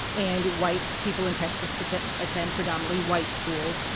and white people in texas but attend attend predominantly white schools.